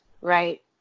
right